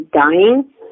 dying